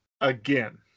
again